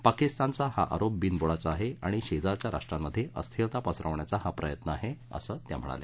पाकिस्तानचा हा आरोप बिनबुडाचा आहे आणि शेजारील राष्ट्रांमध्ये अस्थिरता पसरवण्याचा हा प्रयत्न आहे असं त्या म्हणाल्या